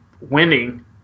winning